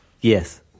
yes